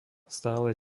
stále